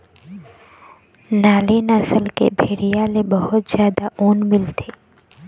नाली नसल के भेड़िया ले बहुत जादा ऊन मिलथे